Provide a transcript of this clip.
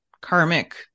karmic